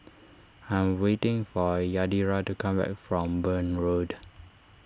I am waiting for Yadira to come back from Burn Road